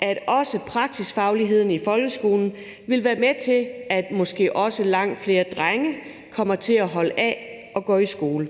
at også praksisfagligheden i folkeskolen vil være med til, at måske også langt flere drenge kommer til at holde af at gå i skole.